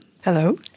Hello